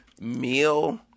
meal